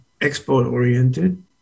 export-oriented